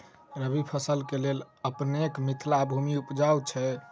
रबी फसल केँ लेल अपनेक मिथिला भूमि उपजाउ छै